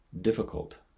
difficult